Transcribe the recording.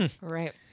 right